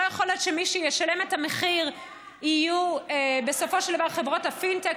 לא יכול להיות שמי שישלם את המחיר יהיה בסופו של דבר חברות הפינטק,